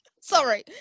Sorry